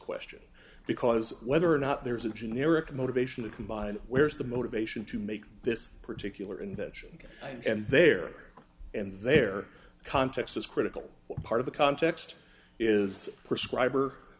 question because whether or not there's a generic motivation to combine where's the motivation to make this particular intention and their and their context is critical part of the context is prescribe